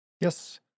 Yes